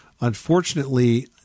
Unfortunately